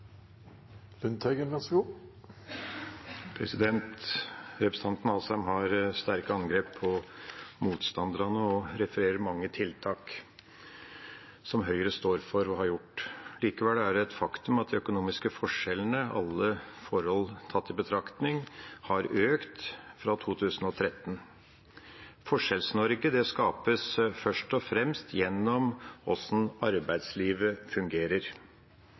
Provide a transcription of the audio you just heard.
Representanten Asheim kommer med sterke angrep på motstanderne og refererer mange tiltak som Høyre står for å ha gjort. Likevel er det et faktum at de økonomiske forskjellene, alle forhold tatt i betraktning, har økt fra 2013. Forskjells-Norge skapes først og fremst gjennom hvordan arbeidslivet fungerer.